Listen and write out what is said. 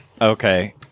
Okay